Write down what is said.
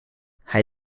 hij